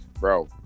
Bro